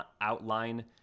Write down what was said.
outline